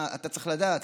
אתה צריך לדעת.